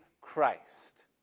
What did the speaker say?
Christ